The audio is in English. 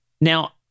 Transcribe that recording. Now